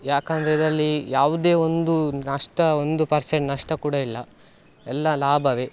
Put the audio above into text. ಯಾಕಂದರೆ ಇದರಲ್ಲಿ ಯಾವುದೇ ಒಂದು ನಷ್ಟ ಒಂದು ಪರ್ಸೆಂಟ್ ನಷ್ಟ ಕೂಡ ಇಲ್ಲ ಎಲ್ಲ ಲಾಭವೇ